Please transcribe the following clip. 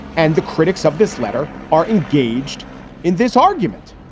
and the critics of this letter are engaged in this argument.